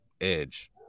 edge